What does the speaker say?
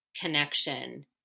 connection